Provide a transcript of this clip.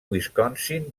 wisconsin